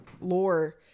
lore